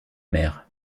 mer